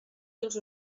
dels